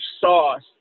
sauce